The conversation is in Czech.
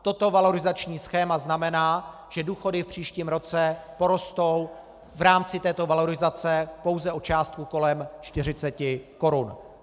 Toto valorizační schéma znamená, že důchody v příštím roce porostou v rámci této valorizace pouze o částku kolem 40 korun.